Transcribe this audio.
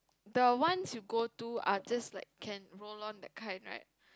the ones you go to are just like can roll on that kind right